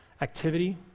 activity